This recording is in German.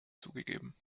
zugegeben